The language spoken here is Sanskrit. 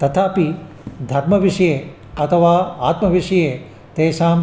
तथापि धर्मविषये अथवा आत्मविषये तेषाम्